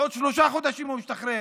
עוד שלושה חודשים הוא משתחרר.